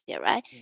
right